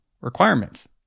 requirements